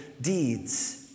deeds